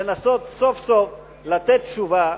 לנסות סוף סוף לתת תשובה,